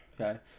Okay